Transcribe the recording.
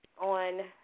on